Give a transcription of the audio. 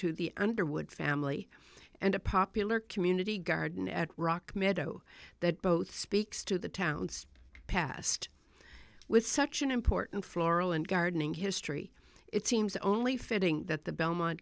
to the underwood family and a popular community garden at rock meadow that both speaks to the town's past with such an important floral and gardening history it seems only fitting that the belmont